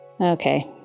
Okay